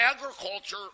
agriculture